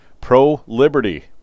pro-liberty